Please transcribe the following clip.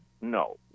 no